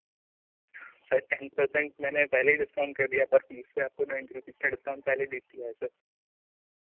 sir ten percent मैंने पहले ही डिस्काउंट कर दिया पर पीस पे आपको नाइन्टी रुपीज़ का डिस्काउंट पहले देख लिया है सर